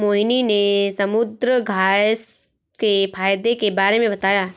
मोहिनी ने समुद्रघास्य के फ़ायदे के बारे में बताया